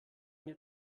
mir